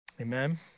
amen